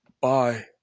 bye